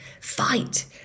fight